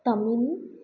Tamil